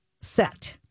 set